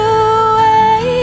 away